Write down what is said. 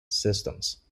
systems